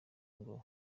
ngo